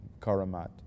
Karamat